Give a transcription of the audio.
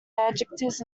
adjectives